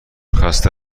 خسته